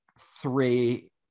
three